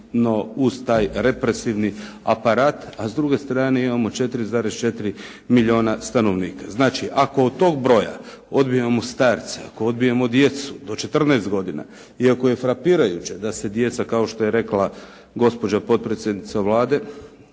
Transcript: uz taj represivni aparat, a s druge strane imamo 4,4 milijuna stanovnika. Znači ako od tog broja odbijemo starce ako odbijemo djecu do 14 godina iako je frapirajuće da se djeca kao što je rekla gospođa potpredsjednica Vlade